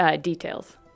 details